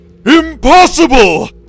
IMPOSSIBLE